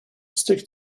stick